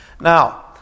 Now